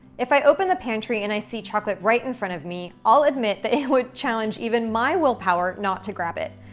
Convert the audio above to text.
if i open the pantry and i see chocolate right in front of me, i'll admit that it would challenge even my willpower not to grab it.